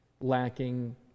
lacking